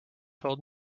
told